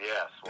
Yes